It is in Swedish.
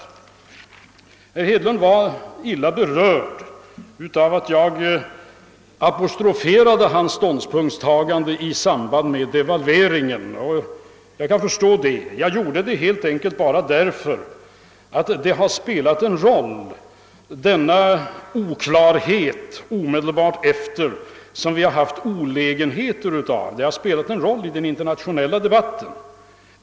Herr Hedlund var illa berörd av att jag apostroferade hans ståndpunktstagande i samband med devalveringen, och jag kan förstå detta. Jag gjorde det helt enkelt därför att den uppkomna oklarheten omedelbart efter hans yttrande förorsakat olägenheter och spelat en roll i den internationella debatten.